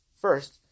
first